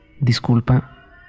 Disculpa